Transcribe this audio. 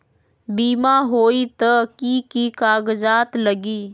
बिमा होई त कि की कागज़ात लगी?